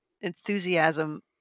enthusiasm